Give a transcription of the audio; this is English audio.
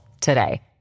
today